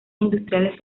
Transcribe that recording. industriales